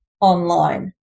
online